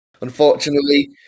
Unfortunately